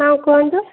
ହଁ କୁହନ୍ତୁ